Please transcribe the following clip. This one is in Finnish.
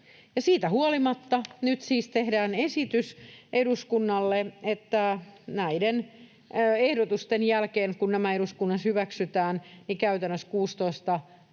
Siitä huolimatta nyt siis tehdään esitys eduskunnalle, että näiden ehdotusten jälkeen, kun nämä eduskunnassa hyväksytään, 16—17-vuotiaalla